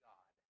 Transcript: God